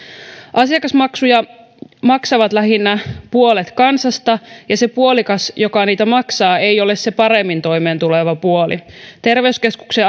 asiakasmaksuja maksaa lähinnä puolet kansasta ja se puolikas joka niitä maksaa ei ole se paremmin toimeentuleva puoli terveyskeskuksen